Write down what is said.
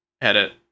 edit